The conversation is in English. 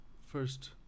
first